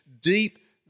deep